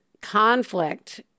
conflict